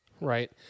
Right